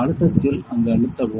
அழுத்தத்தில் அங்கு அழுத்தவும்